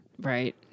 Right